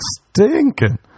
stinking